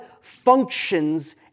functions